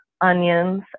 onions